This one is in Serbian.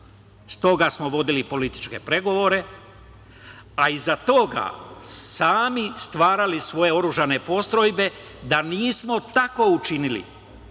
toga smo vodili političke pregovore, a iza toga sami stvarali svoje oružane postrojbe. Da nismo tako učinili,